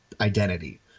identity